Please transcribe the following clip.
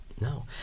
No